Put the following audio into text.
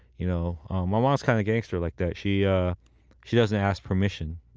you know my mom is kind of gangster like that. she ah she doesn't ask permission.